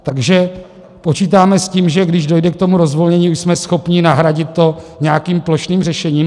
Takže počítáme s tím, že když dojde k tomu rozvolnění, jsme schopni nahradit to nějakým plošným řešením?